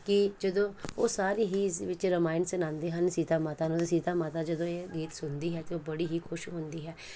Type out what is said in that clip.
ਕਿ ਜਦੋਂ ਉਹ ਸਾਰੇ ਹੀ ਇਸ ਵਿੱਚ ਰਮਾਇਣ ਸੁਣਾਉਂਦੇ ਹਨ ਸੀਤਾ ਮਾਤਾ ਨੂੰ ਸੀਤਾ ਮਾਤਾ ਜਦੋਂ ਇਹ ਗੀਤ ਸੁਣਦੀ ਹੈ ਤਾਂ ਉਹ ਬੜੀ ਹੀ ਖੁਸ਼ ਹੁੰਦੀ ਹੈ